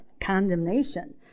condemnation